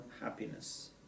happiness